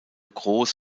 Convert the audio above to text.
groß